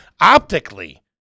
Optically